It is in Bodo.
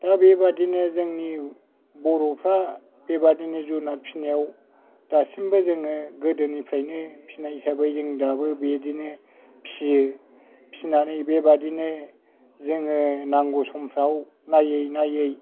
दा बेबादिनो जोंनि बर'फ्रा बेबादिनो जुनात फिनायाव दासिमबो जोङो गोदोनिफ्रायनो फिनाय हिसाबै जों दाबो बिदिनो फियो फिनानै बेबादिनो जोङो नांगौ समफ्राव नायै नायै